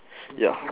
ya